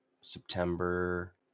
September